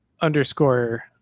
underscore